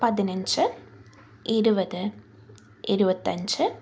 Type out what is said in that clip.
പതിനഞ്ച് ഇരുപത് ഇരുപത്തഞ്ച്